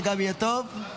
זה גם יהיה טוב,